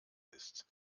ist